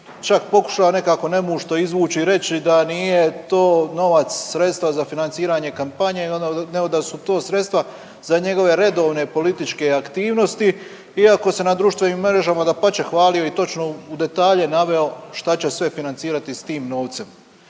čak pokušao nekako nemušto izvući i reći da nije to novac, sredstva za financiranje kampanje nego da su to sredstva za njegove redovne političke aktivnosti, iako se na društvenim mrežama dapače hvalio i točno u detalje naveo šta će sve financirati s tim novcem.